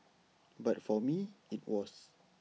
but for me IT was